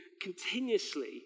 continuously